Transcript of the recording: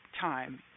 time